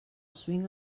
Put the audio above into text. swing